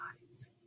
lives